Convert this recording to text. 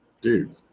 Dude